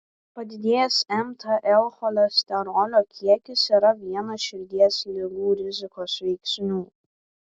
padidėjęs mtl cholesterolio kiekis yra vienas širdies ligų rizikos veiksnių